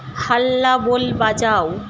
হাল্লা বোল বাজাও